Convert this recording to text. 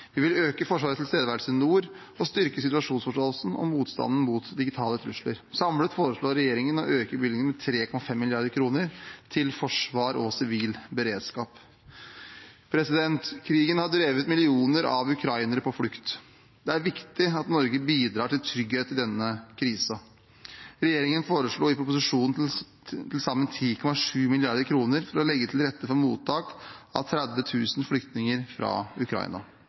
nord og styrke situasjonsforståelsen og motstanden mot digitale trusler. Samlet foreslår regjeringen å øke bevilgningen med 3,5 mrd. kr til forsvar og sivil beredskap. Krigen har drevet millioner av ukrainere på flukt. Det er viktig at Norge bidrar til trygghet i denne krisen. Regjeringen foreslo i proposisjonen til sammen 10,7 mrd. kr for å legge til rette for mottak av 30 000 flyktninger fra Ukraina